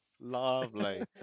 lovely